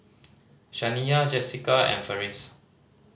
Shaniya Jesica and Ferris